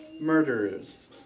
murderers